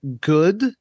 good